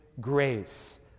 grace